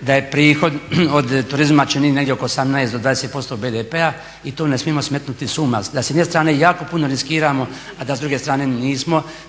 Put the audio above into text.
da prihod od turizma čini negdje oko 18 do 20% BDP-a i tu ne smijemo smetnuti s uma da s jedne strane jako puno riskiramo a da s druge strane nismo